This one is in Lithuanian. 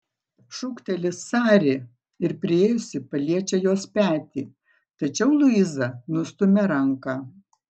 šūkteli sari ir priėjusi paliečia jos petį tačiau luiza nustumia ranką